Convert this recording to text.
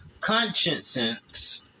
conscience